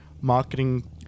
marketing